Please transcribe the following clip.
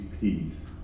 peace